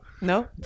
no